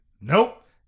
Nope